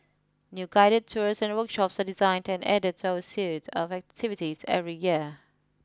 new guided tours and workshops are designed and added to our suite of activities every year